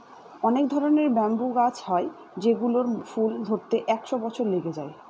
অনেক ধরনের ব্যাম্বু গাছ হয় যেগুলোর ফুল ধরতে একশো বছর লেগে যায়